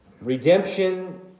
Redemption